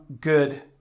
good